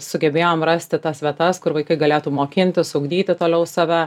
sugebėjom rasti tas vietas kur vaikai galėtų mokintis ugdyti toliau save